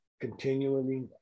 continually